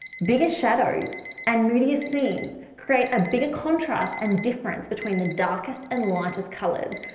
bigger shadows and moodier scenes create a bigger contrast and difference between the darkest and lightest colors.